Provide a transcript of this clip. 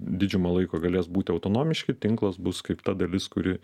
didžiumą laiko galės būti autonomiški tinklas bus kaip ta dalis kuri